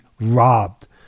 robbed